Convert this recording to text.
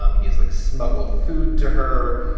um he is like smuggled food to her.